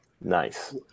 Nice